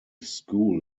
school